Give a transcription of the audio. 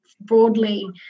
broadly